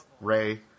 Ray